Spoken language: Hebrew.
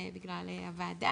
בגלל הוועדה.